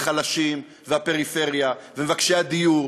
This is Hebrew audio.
החלשים והאנשים בפריפריה ומבקשי הדיור